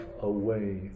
away